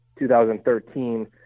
2013